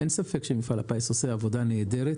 אין ספק שמפעל הפיס עושה עבודה נהדרת